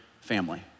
family